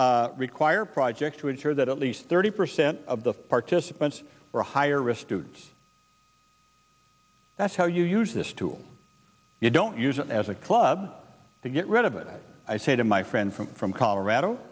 we'll require project to ensure that at least thirty percent of the participants are a higher risk dude that's how you use this tool you don't use it as a club to get rid of it i say to my friends from colorado